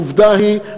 עובדה היא,